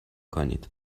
کنید